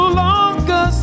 longer